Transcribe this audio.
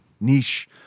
niche